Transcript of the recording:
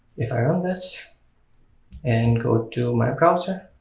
if i run this and go to my browser